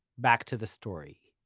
back to the story.